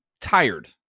tired